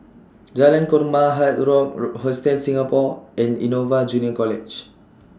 Jalan Korma Hard Rock Hostel Singapore and Innova Junior College